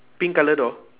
pink colour door